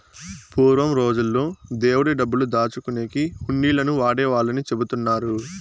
పూర్వం రోజుల్లో దేవుడి డబ్బులు దాచుకునేకి హుండీలను వాడేవాళ్ళని చెబుతున్నారు